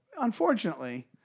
unfortunately-